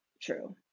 true